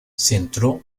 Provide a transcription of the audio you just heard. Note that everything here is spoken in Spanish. centró